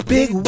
Big